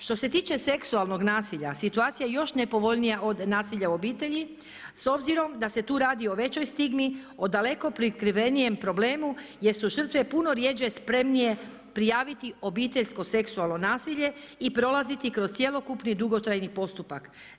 Što se tiče seksualnog nasilja, situacija je još nepovoljnija od nasilja u obitelji, s obzirom da se tu radi o većoj stigmi, o daleko prikrivenijem problemu jer su žrtve puno rjeđe spremnije prijaviti obiteljsko seksualno nasilje i prolaziti kroz cjelokupni dugotrajni postupak.